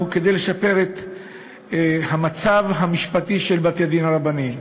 כדי לשפר את המצב המשפטי של בתי-הדין הרבניים.